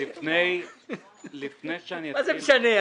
מה זה משנה?